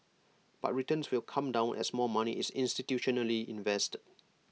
but returns will come down as more money is institutionally invested